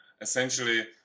essentially